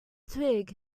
twig